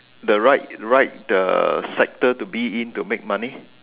the right right the sector to be in to make money